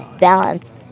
balance